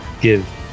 give